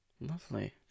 Lovely